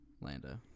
Lando